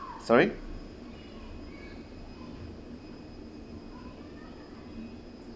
sorry